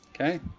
okay